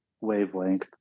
wavelength